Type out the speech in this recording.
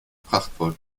prachtvoll